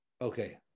Okay